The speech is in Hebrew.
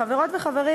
חברות וחברים,